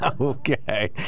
Okay